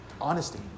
honesty